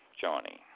Johnny